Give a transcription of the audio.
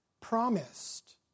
promised